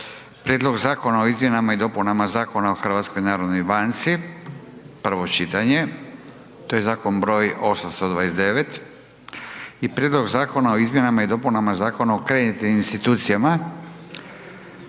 -Prijedlog zakona o izmjenama i dopunama Zakona o HNB-u, prvo čitanje, P.Z.E. br. 829 i -Prijedlog zakona o izmjenama i dopunama Zakona o kreditnim institucijama,